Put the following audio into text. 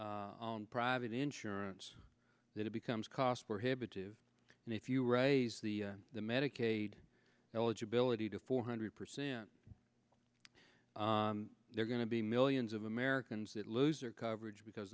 on private insurance that it becomes cost prohibitive and if you raise the medicaid eligibility to four hundred percent they're going to be millions of americans that lose or coverage because